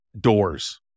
doors